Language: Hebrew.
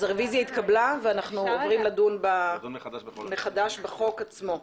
הרביזיה התקבלה ואנחנו חוזרים לדון מחדש בחוק עצמו.